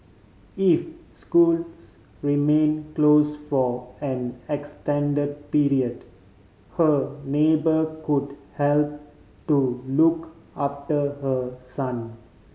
if schools remain close for an extend period her neighbour could help to look after her son